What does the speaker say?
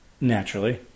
Naturally